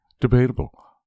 Debatable